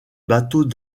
bateau